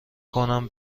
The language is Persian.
کنم